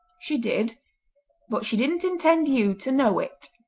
she did but she didn't intend you to know it.